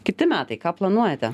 kiti metai ką planuojate